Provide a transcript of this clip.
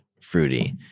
fruity